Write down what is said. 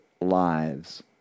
lives